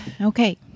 okay